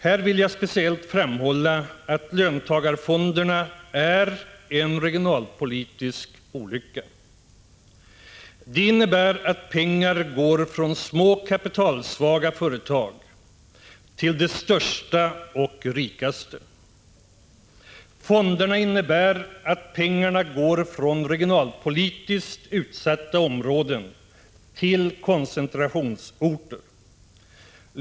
Här vill jag speciellt framhålla att löntagarfonderna är en regionalpolitisk olycka. De innebär att pengar går från små kapitalsvaga företag till de största och rikaste. Fonderna innebär att pengarna går från regionalpolitiskt utsatta områden till koncentrationsorter.